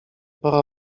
pora